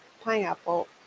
pineapple